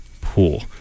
Pool